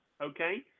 Okay